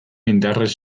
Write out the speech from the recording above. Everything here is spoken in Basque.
indarrez